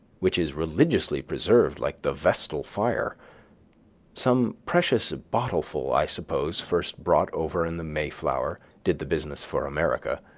which is religiously preserved like the vestal fire some precious bottleful, i suppose, first brought over in the mayflower, did the business for america,